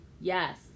Yes